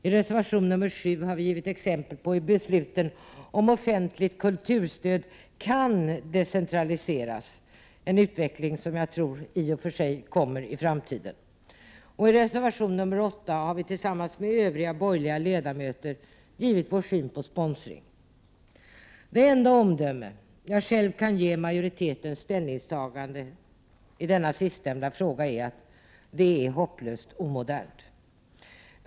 I reservation nr 7 har vi givit exempel på hur besluten om offentligt kulturstöd kan decentraliseras — en utveckling som jag i och för sig tror kommer att bli aktuell i framtiden. I reservation nr 8 har vi tillsammans med övriga borgerliga ledamöter givit vår syn på sponsring. Det enda omdöme jag själv kan ge om majoritetens ställningstagande i den sistnämnda frågan är att det är hopplöst omodernt.